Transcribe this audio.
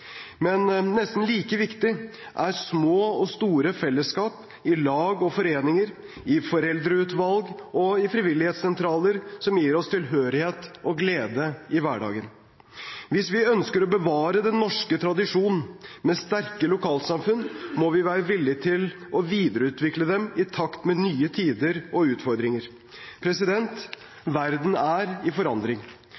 Men nesten like viktig er små og store fellesskap i lag og foreninger, i foreldreutvalg og i frivillighetssentraler som gir oss tilhørighet og glede i hverdagen. Hvis vi ønsker å bevare den norske tradisjonen med sterke lokalsamfunn, må vi være villige til å videreutvikle dem i takt med nye tider og utfordringer.